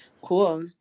Cool